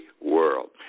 world